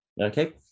Okay